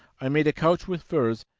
i made a couch with furs,